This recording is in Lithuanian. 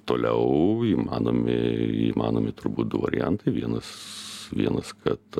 toliau įmanomi įmanomi turbūt du variantai vienas vienas kad